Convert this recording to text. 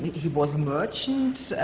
he was a merchant,